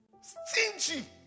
Stingy